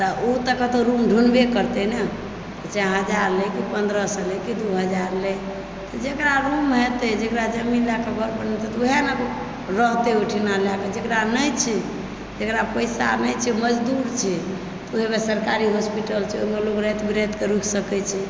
तऽ ओ तऽ कतहुँ रूम ढूँढ़बे करतै ने जे हजार लए कि पन्द्रह सए लए दू हजार लए जेकरा रूम हेतै जेकरा जमीन लए कऽ घर बनेने ओएह ने रहतय ओहिठिना लए कऽ जेकरा नहि छै जेकरा पैसा नहि छै मजदूर छै एगो सरकारी हॉस्पिटल छै ओहिमे लोग राति बिराति के रुकि सकै छै